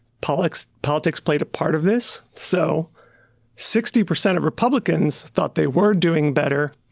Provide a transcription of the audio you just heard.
politics politics played a part of this, so sixty percent of republicans thought they were doing better.